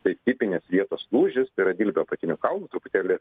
tai tipinės vietos lūžis yra dilbio apatinio kaulų truputėlį